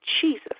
Jesus